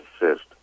assist